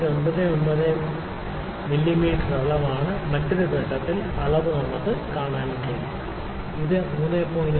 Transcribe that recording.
99 millimetre അളവാണ് മറ്റൊരു ഘട്ടത്തിൽ അളവ് നമുക്ക് കാണാൻ കഴിയും ഇത് 3